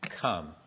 come